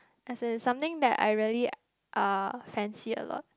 as in is something that I really uh fancy a lot